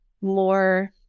more